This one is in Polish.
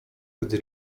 gdy